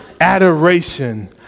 Adoration